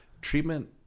Treatment